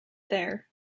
there